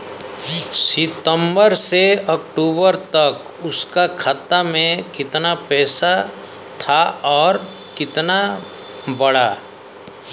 सितंबर से अक्टूबर तक उसका खाता में कीतना पेसा था और कीतना बड़ा?